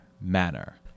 manner